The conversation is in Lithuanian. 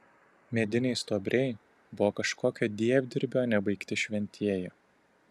mediniai stuobriai buvo kažkokio dievdirbio nebaigti šventieji